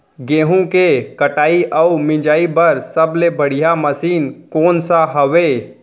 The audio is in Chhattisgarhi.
गेहूँ के कटाई अऊ मिंजाई बर सबले बढ़िया मशीन कोन सा हवये?